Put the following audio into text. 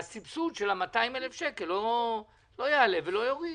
הסבסוד של 200,000 שקל לא יעלה ולא יוריד,